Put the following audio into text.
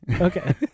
Okay